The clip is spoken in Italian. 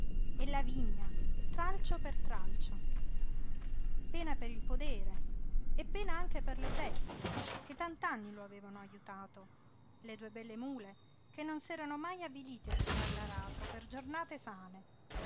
e la vigna tralcio per tralcio pena per il podere e pena anche per le bestie che tant'anni lo avevano ajutato le due belle mule che non s'erano mai avvilite a tirar l'aratro per giornate sane